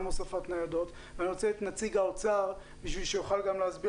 גם הוספת ניידות ואני רוצה לשמוע את נציג האוצר כדי שיוכל להסביר